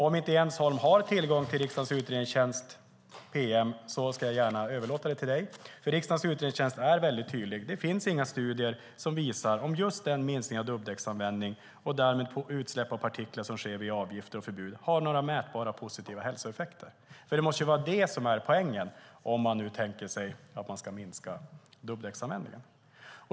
Om Jens Holm inte har tillgång till utredningstjänstens pm ska jag gärna överlåta det till dig. Riksdagens utredningstjänst är väldig tydlig: Det finns inga studier som visar om den minskning av dubbdäcksanvändningen som sker via avgifter och förbud och den därmed sammanhängande minskningen av utsläpp av partiklar har några mätbara positiva hälsoeffekter. Det måste ju vara detta som är poängen om man tänker sig att minska dubbdäcksanvändningen.